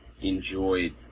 enjoyed